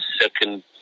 second